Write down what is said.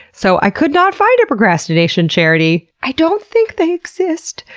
so i could not find a procrastination charity. i don't think they exist.